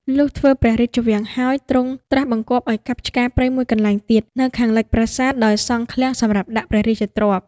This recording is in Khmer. លុះធ្វើព្រះរាជវាំងហើយ ទ្រង់ត្រាស់បង្គាប់ឲ្យកាប់ឆ្ការព្រៃមួយកន្លែងទៀត នៅខាងលិចប្រាសាទ ដោយសង់ឃ្លាំងសម្រាប់ដាក់ព្រះរាជទ្រព្យ